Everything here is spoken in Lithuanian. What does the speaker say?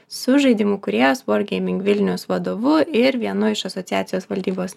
su žaidimų kūrėjos war gaming vilnius vadovu ir vienu iš asociacijos valdybos